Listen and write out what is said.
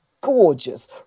Gorgeous